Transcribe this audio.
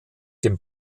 dem